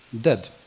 dead